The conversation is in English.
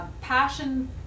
passion